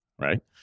right